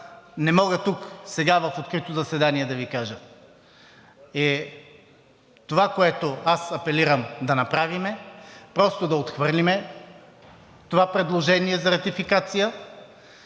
не мога тук сега в открито заседание да Ви кажа. Това, което апелирам да направим, е просто да отхвърлим това предложение за ратификация.